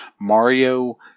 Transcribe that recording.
Mario